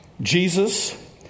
Jesus